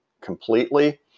completely